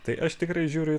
tai aš tikrai žiūriu